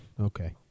Okay